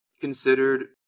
considered